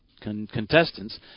contestants